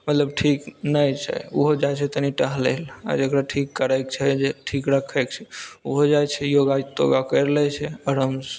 मतलब ठीक नहि छै ओहो जाइत छै तनी टहलै लऽ आ जकरा ठीक करै कऽ छै ठीक रखै कऽ छै ओहो जाइत छै योगा तोगा करि लै छै आरामसँ